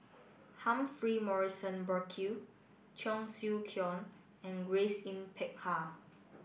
Humphrey Morrison Burkill Cheong Siew Keong and Grace Yin Peck Ha